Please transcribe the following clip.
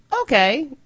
okay